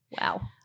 Wow